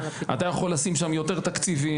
אתה יכול לשים שם יותר תקציבים.